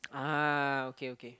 ah okay okay